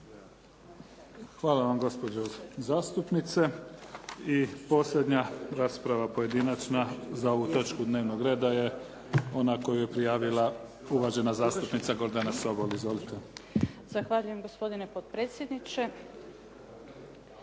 Hvala vam gospođo zastupnice. I posljednja rasprava pojedinačna za ovu točku dnevnog reda je ona koju je prijavila uvažena zastupnica Gordana Sobol. Izvolite. **Sobol, Gordana (SDP)** Zahvaljujem gospodine potpredsjedniče.